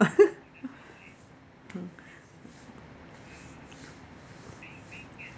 oh